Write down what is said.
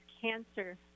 cancer